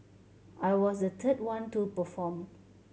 I was the third one to perform